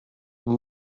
vous